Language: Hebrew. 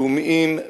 לאומיים,